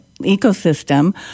ecosystem